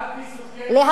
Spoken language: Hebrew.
את מסוכנת, את